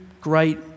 great